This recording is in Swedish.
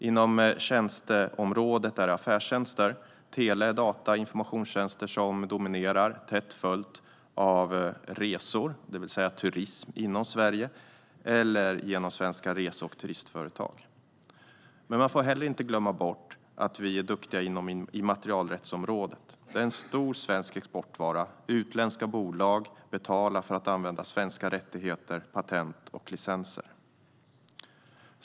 Inom tjänsteområdet är det affärstjänster, tele-, data och informationstjänster, som dominerar tätt följda av resor, det vill säga turism inom Sverige eller genom svenska rese och turistföretag. Man får inte heller glömma bort att vi är duktiga inom immaterialrättsområdet. Det är en stor svensk exportvara. Utländska bolag betalar för att använda svenska rättigheter, patent och licenser.